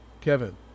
Kevin